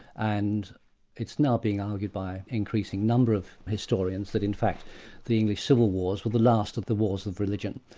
and it's now being argued by an increasing number of historians that in fact the english civil wars were the last of the wars of religion.